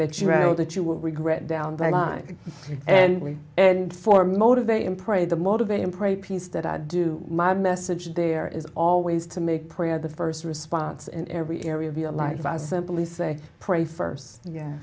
that you wrote that you will regret down the line and and four motivate him pray the motivate and pray piece that i do my message there is always to make prayer the first response in every area of your life i simply say pray first